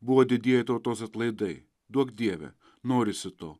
buvo didieji tautos atlaidai duok dieve norisi to